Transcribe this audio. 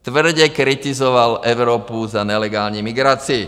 Tvrdě kritizoval Evropu za nelegální migraci.